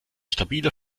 stabile